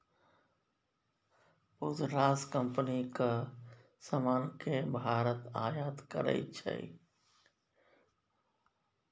बहुत रास कंपनीक समान केँ भारत आयात करै छै